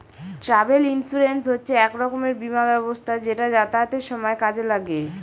travel insurance হচ্ছে এক রকমের বীমা ব্যবস্থা যেটা যাতায়াতের সময় কাজে লাগে